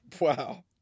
Wow